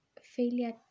failure